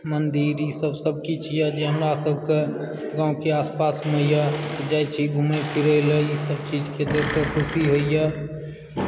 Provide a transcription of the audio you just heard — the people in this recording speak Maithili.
मन्दिर ई सब सबकिछु यऽ जे हमरासबके गाँवके आसपास मे यऽ जाइ छी घुमय फिरै लए ईसब चीज के देख कऽ खुशी होइया